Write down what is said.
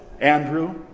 Andrew